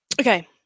Okay